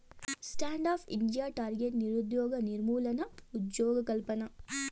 stand up India target నిరుద్యోగ నిర్మూలన, ఉజ్జోగకల్పన